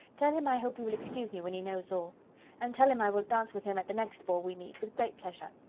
tell him i hope he will excuse me when he knows all and tell him i will dance with him at the next ball we meet, with great pleasure.